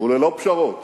וללא פשרות